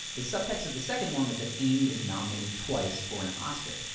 the subtext of the second one was that amy is nominated twice for an oscar.